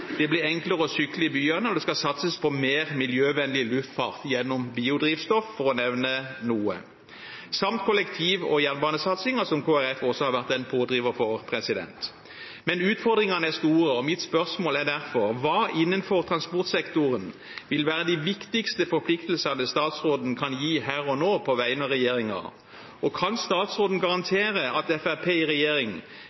Det blir enklere å sykle i byene, og det skal satses på mer miljøvennlig luftfart gjennom biodrivstoff – for å nevne noe. Kollektiv- og jernbanesatsingen har Kristelig Folkeparti også har vært en pådriver for. Men utfordringene er store, og mitt spørsmål er derfor: Hva innen transportsektoren vil være de viktigste forpliktelsene statsråden kan gi her og nå på vegne av regjeringen, og kan statsråden